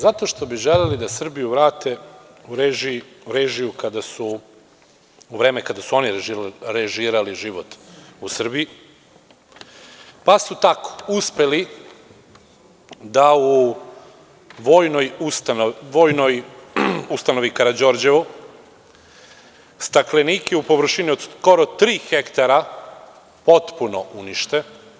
Zato što bi želeli da Srbiju vrate u vreme kada su oni režirali život u Srbiji pa su tako uspeli da u Vojnoj ustanovi Karađorđevo staklenike u površini od skoro 3 ha potpuno unište.